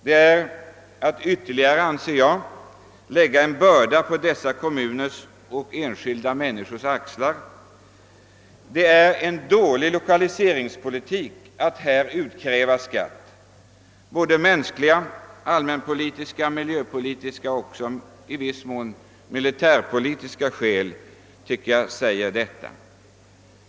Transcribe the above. Det är, anser jag, att lägga ytterligare börda på dessa kommuners och enskilda människors axlar, och det är en dålig lokaliseringspolitik att där utkräva skatt. Både mänskliga, allmänpolitiska, miljöpolitiska och i viss mån också militärpolitiska skäl tycker jag talar för detta.